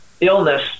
illness